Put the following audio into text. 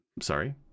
Sorry